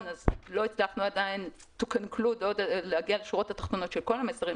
אז לא הצלחנו עדיין להגיע לשורות התחתונות של כל המסרים,